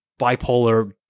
Bipolar